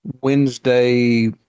Wednesday